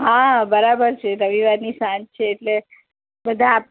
હા બરાબર છે રવિવારની સાંજ છે એટલે બધાં